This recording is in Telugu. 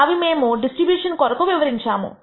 అవి మేము డిస్ట్రిబ్యూషన్ కొరకు వివరించాము